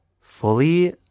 fully